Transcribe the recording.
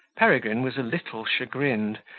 peregrine was a little chagrined,